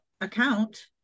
account